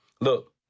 Look